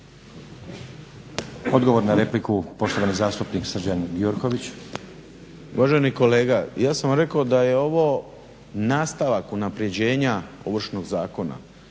Odgovor na repliku, poštovani zastupnik Srđan Gjurković. **Gjurković, Srđan (HNS)** Uvaženi kolega, ja sam rekao da je ovo nastavak unaprjeđenja Ovršnog zakona